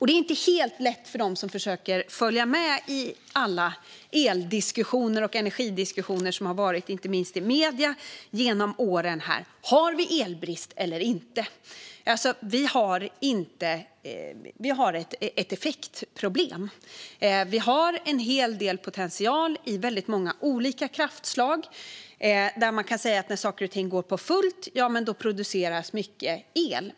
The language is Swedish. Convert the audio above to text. Det är inte helt lätt för dem som försöker följa med i alla el och energidiskussioner inte minst i medierna genom åren: Har vi elbrist eller inte? Vi har ett effektproblem - vi har en hel del potential i väldigt många olika kraftslag; man kan säga att när saker och ting går för fullt produceras mycket el.